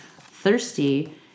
thirsty